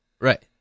right